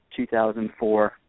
2004